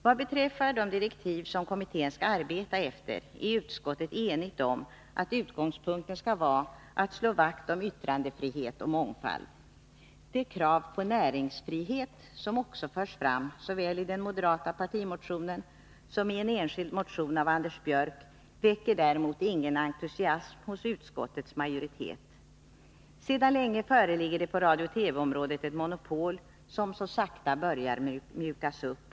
Vad beträffar de direktiv som kommittén skall arbeta efter är utskottet enigt om att utgångspunkten skall vara att slå vakt om yttrandefrihet och mångfald. Det krav på näringsfrihet som också förs fram såväli den moderata partimotionen som i en enskild motion av Anders Björck väcker däremot ingen entusiasm hos utskottets majoritet. Sedan länge föreligger det på Nr 108 radio-TV-området ett monopol, som så sakta börjar mjukas upp.